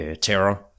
terror